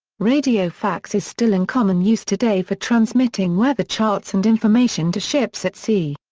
radio fax is still in common use today for transmitting weather charts and information to ships at sea.